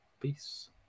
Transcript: peace